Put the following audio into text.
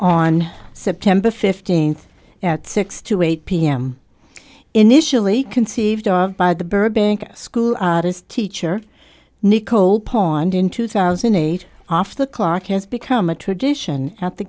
on september fifteenth at six to eight pm initially conceived by the burbank school teacher nicole pond in two thousand and eight the clock has become a tradition at the